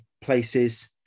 places